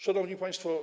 Szanowni Państwo!